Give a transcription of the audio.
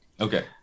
Okay